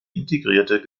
integrierte